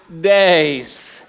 days